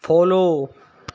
follow